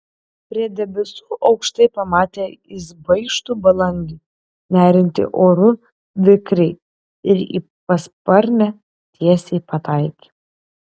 prie debesų aukštai pamatė jis baikštų balandį neriantį oru vikriai ir į pasparnę tiesiai pataikė